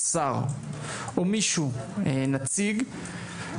שר או נציג כלשהו,